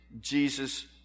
Jesus